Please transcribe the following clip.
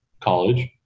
college